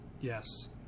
Yes